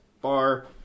bar